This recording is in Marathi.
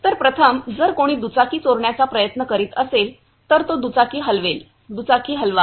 तर प्रथम जर कोणी दुचाकी चोरण्याचा प्रयत्न करीत असेल तर तो दुचाकी हलवेल दुचाकी हलवा